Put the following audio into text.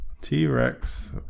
T-Rex